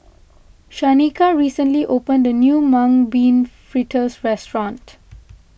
Shanika recently opened the new Mung Bean Fritters restaurant